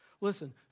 Listen